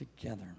together